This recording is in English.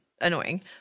annoying